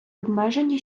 обмеження